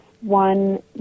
one